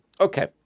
Okay